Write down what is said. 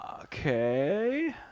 Okay